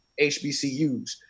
HBCUs